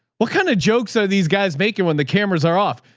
what kind of jokes are these guys making when the cameras are off?